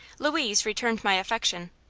louise returned my affection,